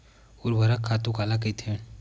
ऊर्वरक खातु काला कहिथे?